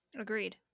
Agreed